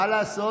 מה לעשות?